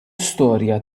storja